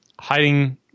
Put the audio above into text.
hiding